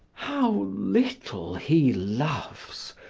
how little he loves,